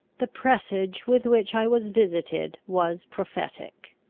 the presage with which i was visited was prophetic.